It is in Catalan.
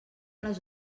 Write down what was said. les